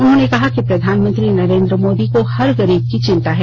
उन्होंने कहा कि प्रधानमंत्री नरेन्द्र मोदी को हर गरीब की चिंता है